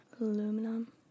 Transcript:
aluminum